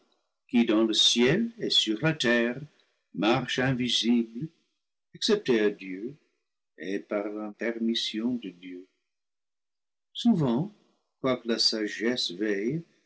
qui dans le ciel et sur la terre marche invisible excepté à dieu et par la permision de dieu souvent quoique la sagesse veille